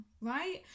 right